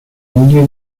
milieu